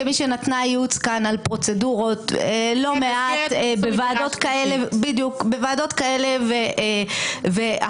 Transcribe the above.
כמי שנתנה ייעוץ כאן על פרוצדורות לא מעט בוועדות כאלה ואחרות,